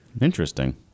Interesting